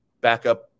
backup